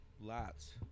Lots